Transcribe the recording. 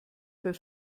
für